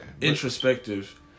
introspective